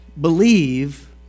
believe